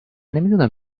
نمیدونم